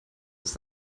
ist